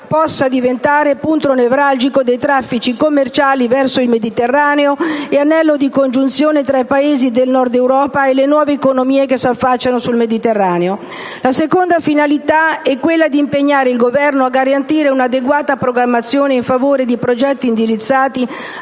possa diventare punto nevralgico dei traffici commerciali verso il Mediterraneo e anello di congiunzione tra i Paesi del Nord Europa e le nuove economie che si affacciano sul Mediterraneo. La seconda finalità è quella di impegnare il Governo a garantire un'adeguata programmazione in favore di progetti indirizzati